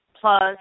plus